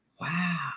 Wow